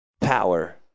Power